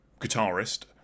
guitarist